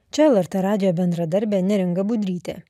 čia lrt radijo bendradarbė neringa budrytė